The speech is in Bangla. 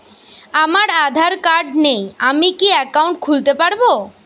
আমার আধার কার্ড নেই আমি কি একাউন্ট খুলতে পারব?